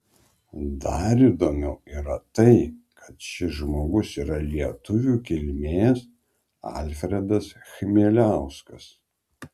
dar įdomiau yra tai kad šis žmogus yra lietuvių kilmės alfredas chmieliauskas